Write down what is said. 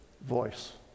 voice